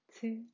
two